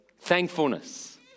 thankfulness